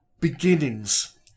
beginnings